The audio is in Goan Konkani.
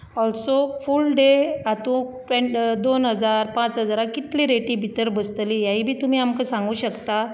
ऑलसो फूल डे हातू ट्वॅण दोन हजार पांच हजाराक कितले रेटी भितर बसतली हेंय बी तुमी आमकां सांगूंक शकता